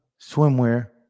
Swimwear